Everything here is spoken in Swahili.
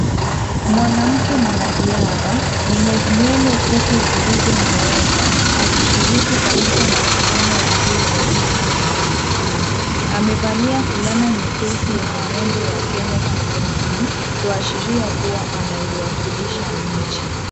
Mwanamke mwanariadha mwenye nywele fupi zilizonyooka akishiriki katika mashindano ya mbio za viti vya magurudumu. Amevalia fulana nyepesi yenye nembo ya Kenya Kifuani, kuashiria kuwa anaiwakilisha nchi.